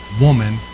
woman